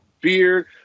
beard